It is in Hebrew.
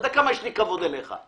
אתה יודע כמה כבוד אני רוחש לך.